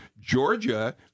georgia